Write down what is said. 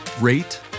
rate